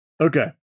Okay